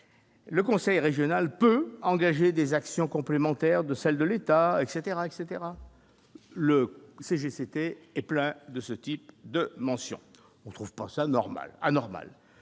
le conseil régional peut engager des actions complémentaires de celles de l'État, etc, etc le CG c'était et plein de ce type de mention on trouve pas ça normal,